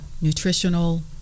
nutritional